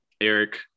Eric